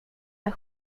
här